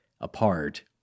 apart